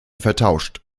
vertauscht